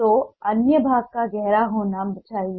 तो अन्य भाग को गहरा होना चाहिए